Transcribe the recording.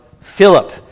Philip